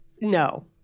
no